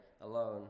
alone